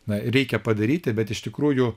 na reikia padaryti bet iš tikrųjų